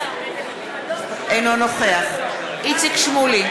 אינו נוכח איציק שמולי,